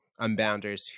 unbounders